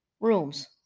rooms